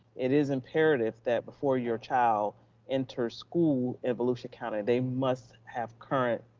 it is imperative that before your child enters school in volusia county, they must have current